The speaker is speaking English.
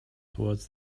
towards